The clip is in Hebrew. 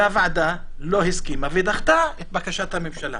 והוועדה לא הסכימה ודחתה את בקשת הממשלה.